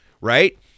right